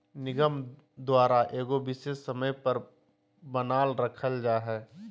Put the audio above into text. निगम द्वारा एगो विशेष समय पर बनाल रखल जा हइ